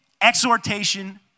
exhortation